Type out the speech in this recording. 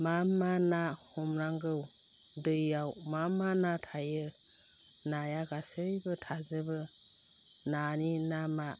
मा मा ना हमनांगौ दैयाव मा मा ना थायो नाया गासैबो थाजोबो नानि नामा